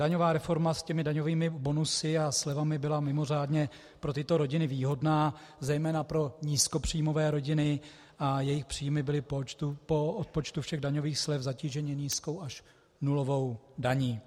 Daňová reforma s těmi daňovými bonusy a slevami byla mimořádně pro tyto rodiny výhodná, zejména pro nízkopříjmové rodiny, a jejich příjmy byly po odpočtu všech daňových slev zatíženy nízkou až nulovou daní.